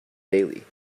daily